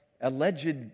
alleged